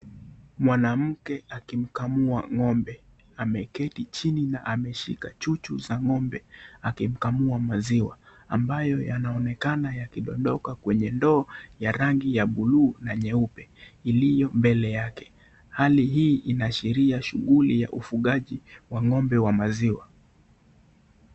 Mwanamke akimkamua ng'ombe ameketi chini na ameshika chuchu za ng'ombe akimkamua maziwa ambayo yanaonekana yakidondoka kwenye ndoo ya rangi ya buluu na nyeupe iliyo mbele yake. Hali hii inashiria kauli ya ufugaji wa ng'ombe wa maziwa.